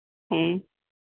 ᱦᱮᱸ